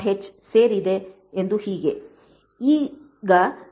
h ಸೇರಿವೆ ಎಂದು ಹೀಗೆ ಮುಂದುವರಿಸಬಹುದು